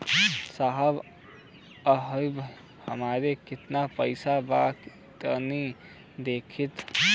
साहब अबहीं हमार कितना पइसा बा तनि देखति?